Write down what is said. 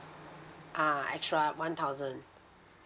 uh extra one thousand